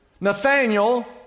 Nathaniel